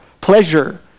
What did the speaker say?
pleasure